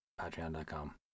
Patreon.com